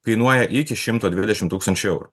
kainuoja iki šimto dvidešimt tūkstančių eurų